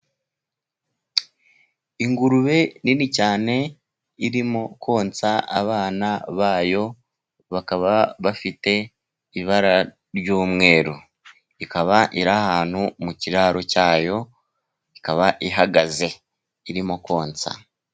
Ingurube nini cyane, irimo konsa abana bayo, bakaba bafite ibara ry'umweru. Ikaba iri ahantu mu kiraro cyayo, ikaba ihagaze irimo konsa.